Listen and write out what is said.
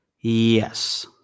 Yes